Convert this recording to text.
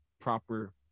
proper